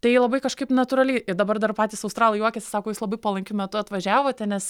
tai labai kažkaip natūraliai ir dabar dar patys australai juokiasi sako jūs labai palankiu metu atvažiavote nes